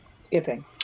skipping